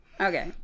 Okay